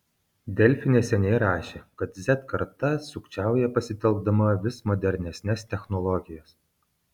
delfi neseniai rašė kad z karta sukčiauja pasitelkdama vis modernesnes technologijas